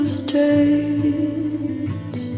strange